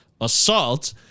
assault